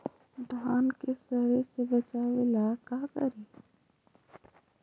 धान के सड़े से बचाबे ला का करि?